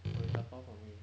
or you dabao for me